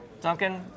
Duncan